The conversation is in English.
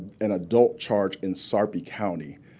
an adult charge in sarpy county,